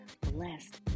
blessed